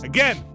Again